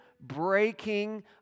breaking